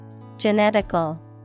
Genetical